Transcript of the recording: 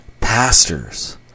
pastors